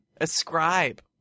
ascribe